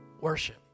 worship